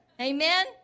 Amen